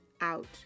out